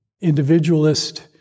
individualist